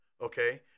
Okay